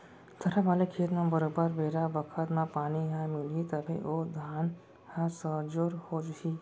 थरहा वाले खेत म बरोबर बेरा बखत म पानी ह मिलही तभे ओ धान ह सजोर हो ही